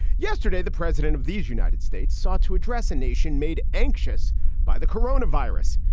yesterday, the president of these united states sought to address a nation made anxious by the corona virus.